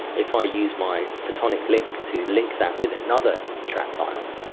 if i use my photonic link to link that with another trapped ion,